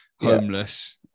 homeless